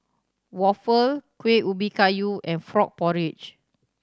waffle Kuih Ubi Kayu and frog porridge